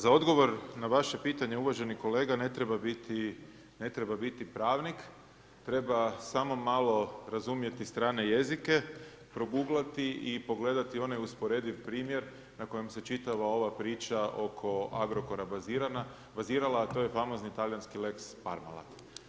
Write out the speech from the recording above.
Za odgovor na vaše pitanje, uvaženi kolega, ne treba biti pravnik, treba samo malo razumjeti strane jezike, progooglati i pogledati one usporediv primjer, na kojem se čitava ova priča oko Agrokora bazirana, a to je famozni talijanski lex Parmela.